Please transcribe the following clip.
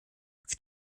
für